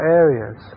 areas